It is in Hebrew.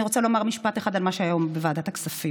אני רוצה להגיד משפט אחד על מה שהיה היום בוועדת הכספים.